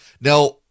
Now